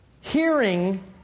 Hearing